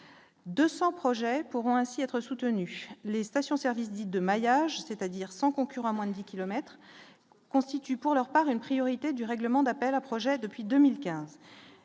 200 projets pourront ainsi être soutenu les stations-service dite de maillage, c'est-à-dire sans concurrent moins kilomètre constitue, pour leur part une priorité du règlement d'appels à projets depuis 2015,